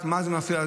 מה זה מפריע?